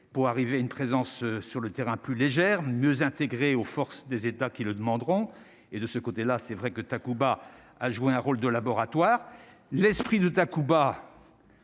pour arriver à une présence sur le terrain plus légère, mieux intégrés aux forces des États qui le demanderont et de ce côté-là, c'est vrai que Takuba a joué un rôle de laboratoire, l'esprit de Takuba.